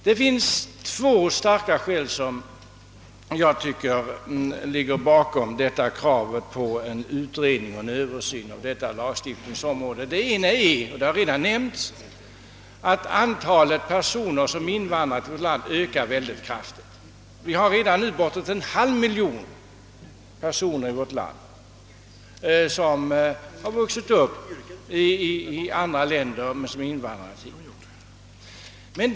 Det finns två starka skäl bakom kra vet på utredning och översyn av detta lagstiftningsarbete. Det ena skälet är — det har redan nämnts — att antalet personer som invandrar till vårt land ökar synnerligen kraftigt; vi har redan nu bortåt en halv miljon personer i vårt land som har vuxit upp i andra länder men invandrat hit.